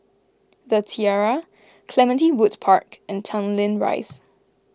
the Tiara Clementi Woods Park and Tanglin Rise